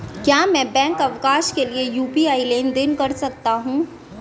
क्या मैं बैंक अवकाश के दिन यू.पी.आई लेनदेन कर सकता हूँ?